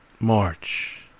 March